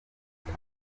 come